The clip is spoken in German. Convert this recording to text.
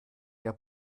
der